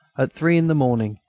at three in the morning,